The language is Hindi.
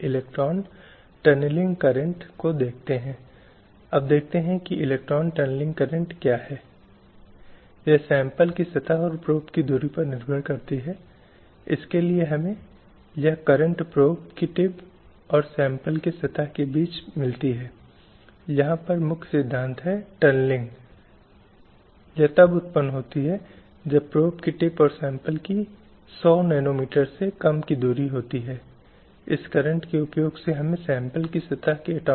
स्लाइड समय संदर्भ 1911 उसके बाद 1967 में महिलाओं के खिलाफ भेदभाव को समाप्त करने की घोषणा करने वाली एक बहुत ही महत्वपूर्ण घोषणा आई 1967 में इसे अपनाया गया था और इस घोषणा में इस तथ्य को उजागर करने का प्रयास किया गया था जहां महिलाओं के साथ भेदभाव जारी था आप जानते हैं कि समाज में एक निरंतर बात थी और समाज में एक वास्तविकता थी और भले ही यूडीएचआर और आईसीसीपीआर आदि द्वारा प्रयास किए गए थे